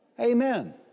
amen